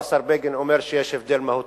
השר בגין אומר שיש הבדל מהותי.